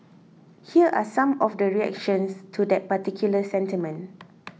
here are some of the reactions to that particular sentiment